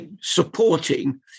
supporting